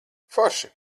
forši